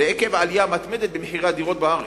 ועקב העלייה המתמדת במחירי הדירות בארץ,